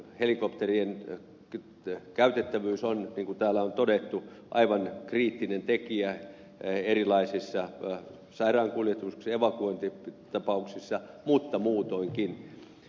helikopterien käytettävyys on niin kuin täällä on todettu aivan kriittinen tekijä erilaisissa sairaankuljetus ja evakuointitapauksissa mutta muutoinkin